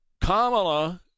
Kamala